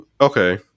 Okay